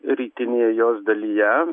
rytinėje jos dalyje